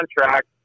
contract